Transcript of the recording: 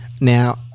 Now